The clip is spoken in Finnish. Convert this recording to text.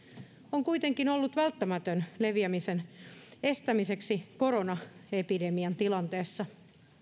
on kuitenkin ollut välttämätön leviämisen estämiseksi koronaepidemian tilanteessa